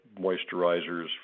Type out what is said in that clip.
moisturizers